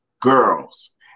girls